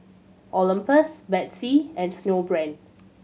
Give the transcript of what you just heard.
Olympus Betsy and Snowbrand